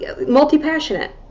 multi-passionate